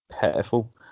pitiful